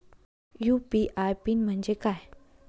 UPI PIN म्हणजे काय?